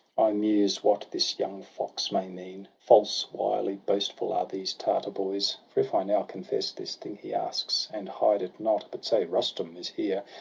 muse what this young fox may mean! false, wily, boastful, are these tartar boys. for if i now confess this thing he asks. and hide it not, but say rusticm is here!